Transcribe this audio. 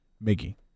Mickey